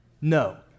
No